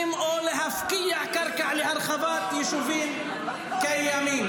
או להפקיע קרקע להרחבת יישובים קיימים.